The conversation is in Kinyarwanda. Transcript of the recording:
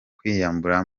kwiyambura